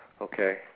Okay